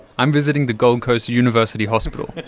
i'm visiting the gold coast university hospital.